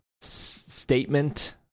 statement